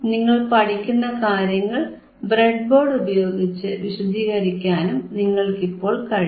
നിങ്ങൾ പഠിക്കുന്ന കാര്യങ്ങൾ ബ്രെഡ്ബോർഡ് ഉപയോഗിച്ചു വിശദീകരിക്കാനും നിങ്ങൾക്കിപ്പോൾ കഴിയും